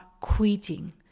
quitting